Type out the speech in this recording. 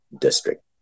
District